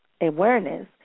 awareness